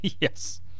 Yes